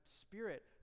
spirit